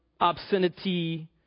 obscenity